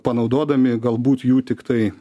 panaudodami galbūt jų tiktai